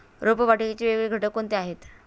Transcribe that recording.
रोपवाटिकेचे वेगवेगळे घटक कोणते आहेत?